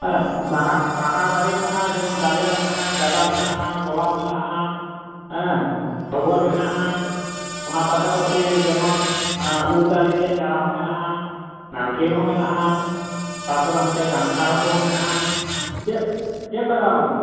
ᱵᱟᱦᱟ ᱵᱟᱦᱟ ᱫᱟᱨᱮ ᱢᱮᱱᱟᱜᱼᱟ ᱡᱮᱢᱚᱱ ᱰᱟᱞᱤᱭᱟ ᱢᱮᱱᱟᱜᱼᱟ ᱜᱟᱫᱟ ᱢᱮᱱᱟᱜᱼᱟ ᱜᱳᱞᱟᱯ ᱢᱮᱱᱟᱜᱼᱟ ᱦᱮᱸ ᱰᱚᱜᱚᱨ ᱢᱮᱱᱟᱜᱼᱟ ᱚᱱᱟ ᱯᱟᱥᱟ ᱯᱟᱹᱥᱤ ᱡᱮᱢᱚᱱ ᱩᱞ ᱫᱟᱨᱮ ᱨᱮᱭᱟᱜ ᱪᱟᱨᱟ ᱦᱚᱸ ᱢᱮᱱᱟᱜᱼᱟ ᱱᱟᱨᱠᱮᱞ ᱦᱚᱸ ᱢᱮᱱᱟᱜᱼᱟ ᱛᱟᱯᱚᱨᱮ ᱦᱟᱱᱛᱮ ᱠᱟᱱᱴᱷᱟᱲ ᱠᱚᱦᱚᱸ ᱢᱮᱱᱟᱜᱼᱟ ᱪᱮᱫ ᱪᱮᱫ ᱞᱟᱜᱟᱣ ᱟᱢᱟ